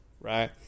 right